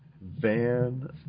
Van